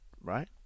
right